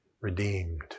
redeemed